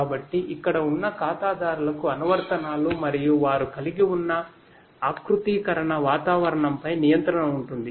కాబట్టి ఇక్కడ ఉన్న ఖాతాదారులకు అనువర్తనాలు మరియు వారు కలిగి ఉన్న ఆకృతీకరణ వాతావరణంపై నియంత్రణ ఉంటుంది